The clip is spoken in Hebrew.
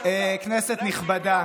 כנסת נכבדה,